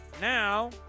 now